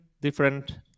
different